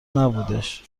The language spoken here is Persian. نبودش